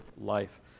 life